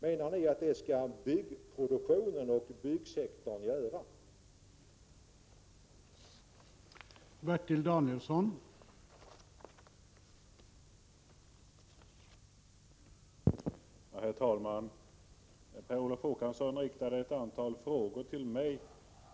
Menar ni att byggproduktionen och byggsektorn skall göra det?